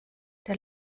der